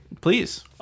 please